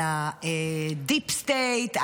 על הדיפ-סטייט,